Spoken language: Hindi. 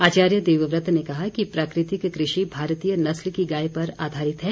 आचार्य देवव्रत ने कहा कि प्राकृतिक कृषि भारतीय नस्ल की गाय पर आधारित है